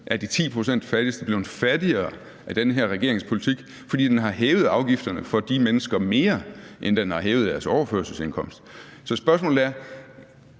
er de 10 pct. fattigste blevet fattigere af den her regerings politik, fordi den har hævet afgifterne for de mennesker mere, end den har hævet deres overførselsindkomster. Så spørgsmålet er: